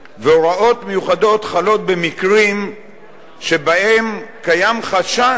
והוראות מיוחדות החלות במקרים שבהם קיים חשש